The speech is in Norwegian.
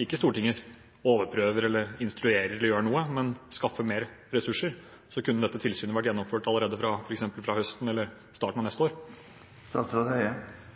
ikke Stortinget overprøver eller instruerer, men skaffer mer ressurser, kunne dette tilsynet vært gjennomført allerede fra høsten eller starten av